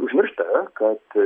užmiršta kad